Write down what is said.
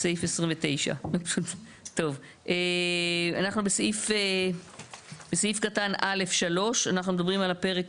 בסעיף 29, בסעיף קטן (א)(3), אנחנו מדברים על הפרק